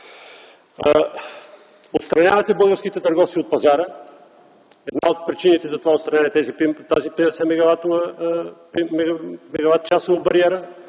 Отстранявате българските търговци от пазара. Една от причините за това отстраняване е тази 50 мегаватчасова бариера